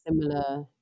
similar